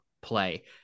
play